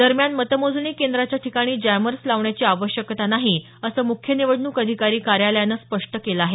दरम्यान मतमोजणी केंद्राच्या ठिकाणी जॅमर्स लावण्याची आवश्यकता नाही असं म्ख्य निवडणूक अधिकारी कार्यालयानं स्पष्ट केलं आहे